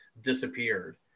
disappeared